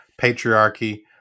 patriarchy